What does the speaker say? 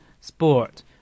Sport